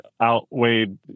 outweighed